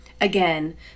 Again